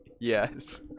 Yes